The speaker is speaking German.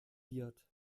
wird